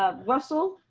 russell,